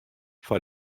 foar